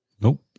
Nope